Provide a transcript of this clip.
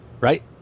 Right